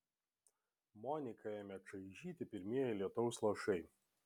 moniką ėmė čaižyti pirmieji lietaus lašai